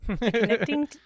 Connecting